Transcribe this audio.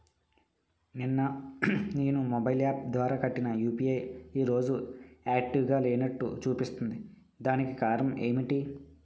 నిన్న నేను mobile app ద్వారా కట్టిన యు.పి.ఐ ఈ రోజు యాక్టివ్ గా లేనట్టు చూపిస్తుంది దీనికి కారణం ఏమిటి?